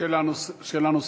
שאלה נוספת,